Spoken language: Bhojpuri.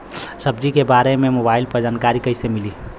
सब्जी के बारे मे मोबाइल पर जानकारी कईसे मिली?